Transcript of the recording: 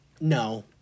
No